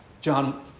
John